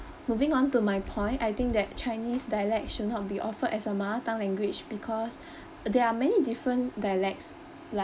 moving on to my point I think that chinese dialect should not be offered as a mother tongue language because there are many different dialects